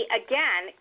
again